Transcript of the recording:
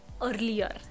earlier